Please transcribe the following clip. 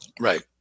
Right